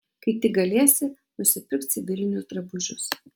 kai tik galėsi nusipirk civilinius drabužius